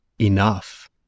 enough